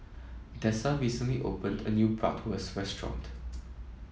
Dessa recently opened a new Bratwurst Restaurant